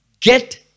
Get